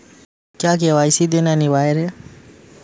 क्या के.वाई.सी देना अनिवार्य है?